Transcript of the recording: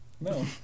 no